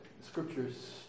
scriptures